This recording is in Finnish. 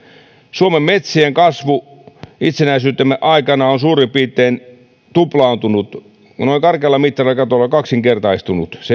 suomen metsien kasvu itsenäisyytemme aikana on suurin piirtein tuplaantunut noin karkealla mittarilla katsottuna kaksinkertaistunut